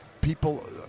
people